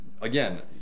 again